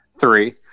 three